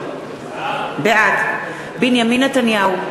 בעד בנימין נתניהו,